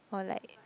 or like